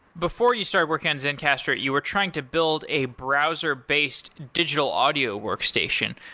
before you started working on zencastr, you were trying to build a browser based digital audio workstation.